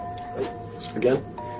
again